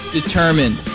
determined